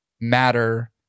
matter